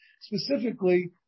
specifically